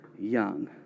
young